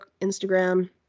Instagram